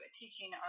teaching